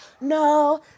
no